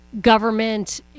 government